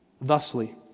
Thusly